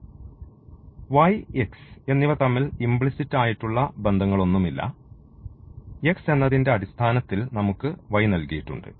y x എന്നിവ തമ്മിൽ implicit ആയിട്ടുള്ള ബന്ധങ്ങളൊന്നുമില്ല x എന്നതിന്റെ അടിസ്ഥാനത്തിൽ നമുക്ക് y നൽകിയിട്ടുണ്ട്